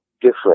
different